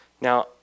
Now